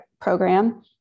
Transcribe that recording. program